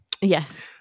Yes